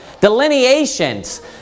Delineations